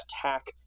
attack